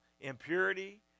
impurity